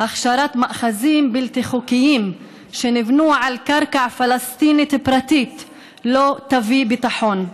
הכשרת מאחזים בלתי חוקיים שנבנו על קרקע פלסטינית פרטית לא תביא ביטחון,